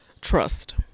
trust